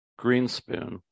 Greenspoon